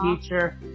teacher